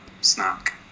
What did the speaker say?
snack